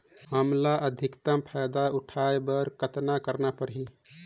हमला अधिकतम फायदा उठाय बर कतना करना परही?